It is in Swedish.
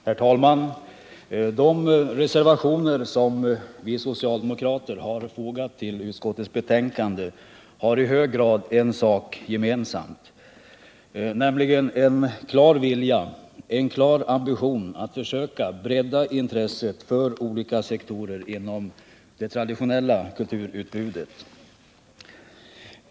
Herr talman! De reservationer som vi socialdemokrater fogat till utskottets betänkande har i hög grad en sak gemensamt, nämligen en klar vilja, en klar ambition att försöka bredda intresset för olika sektorer inom det traditionella kulturutbudet.